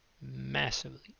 massively